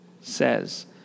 says